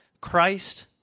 Christ